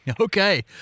Okay